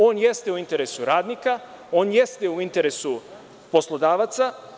On jeste u interesu radnika, on jeste u interesu poslodavaca.